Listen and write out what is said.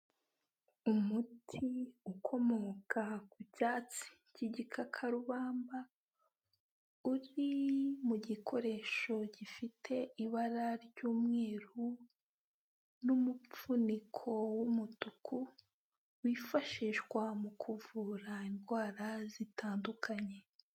Umuti ukomoka ku cyatsi cy'igikakarubamba, uri mu gikoresho gifite ibara ry'umweru n'umupfuniko w'umutuku, wifashishwa mu kuvura indwara zitandukanye.